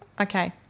Okay